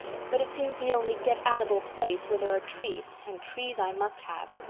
but it seems the only get-at-able place where there are trees, and trees i must have.